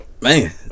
Man